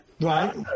Right